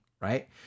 right